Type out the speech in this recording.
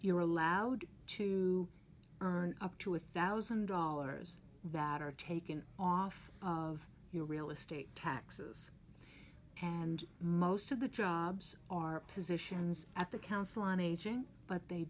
are allowed to earn up to a thousand dollars batter taken off of your real estate taxes and most of the jobs are positions at the council on aging but they